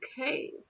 Okay